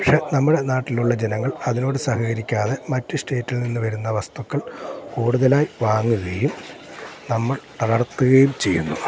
പക്ഷേ നമ്മുടെ നാട്ടിലുള്ള ജനങ്ങൾ അതിനോട് സഹകരിക്കാതെ മറ്റ് സ്റ്റേറ്റിൽ നിന്ന് വരുന്ന വസ്തുക്കൾ കൂടുതലായി വാങ്ങുകയും നമ്മൾ അതടുത്തുകയും ചെയ്യുന്നു